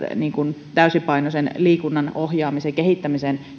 täysipainoisen liikunnan ohjaamiseen ja kehittämiseen